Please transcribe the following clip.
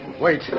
Wait